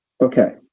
Okay